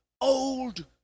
Old